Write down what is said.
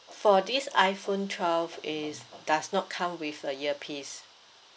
for this iphone twelve is does not come with a earpiece